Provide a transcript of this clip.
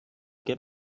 get